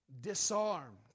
disarmed